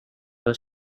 were